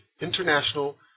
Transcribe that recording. international